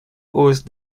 hausse